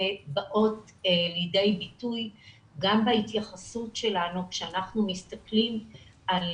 באות לידי ביטוי גם בהתייחסות שלנו כשאנחנו מסתכלים על